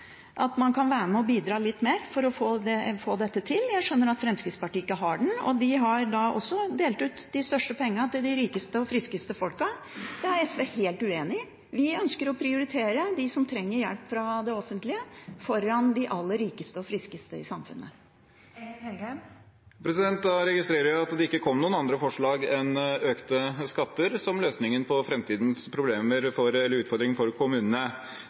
at man kan være med og bidra litt mer for å få dette til. Jeg skjønner at Fremskrittspartiet ikke har den. De har da også delt ut de største pengene til de rikeste og friskeste folka. Det er SV helt uenig i. Vi ønsker å prioritere dem som trenger hjelp fra det offentlige foran de aller rikeste og friskeste i samfunnet. Da registrerer jeg at det ikke kom noen andre forslag enn økte skatter som løsningen på framtidens utfordringer for kommunene.